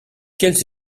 quels